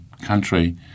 country